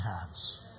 hands